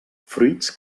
fruits